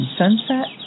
sunset